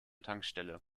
tankstelle